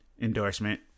endorsement